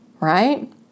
right